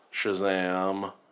Shazam